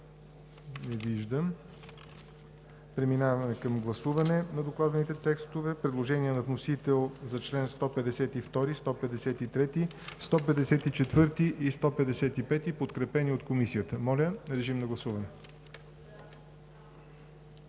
Не виждам. Преминаваме към гласуване на докладваните текстове: предложения по вносител за членове 152, 153, 154 и 155, подкрепени от Комисията. Гласували